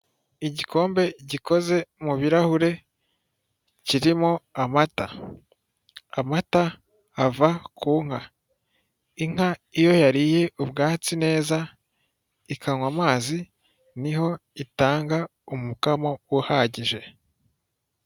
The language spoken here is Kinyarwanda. Igikombe gikoze mu ibirahure kirimo amata. Amata ava ku inka, inka iyo yariye ubwatsi neza, ikanywa amazi niho itanga umukamo uhagije.